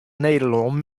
nederlân